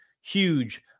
huge